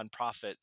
nonprofits